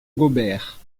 gobert